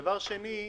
דבר שני,